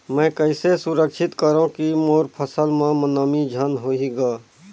मैं कइसे सुरक्षित करो की मोर फसल म नमी झन होही ग?